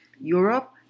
Europe